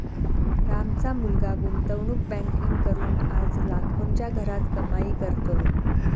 रामचा मुलगा गुंतवणूक बँकिंग करून आज लाखोंच्या घरात कमाई करतोय